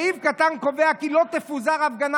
"סעיף קטן (ב) קובע כי לא תפוזר הפגנה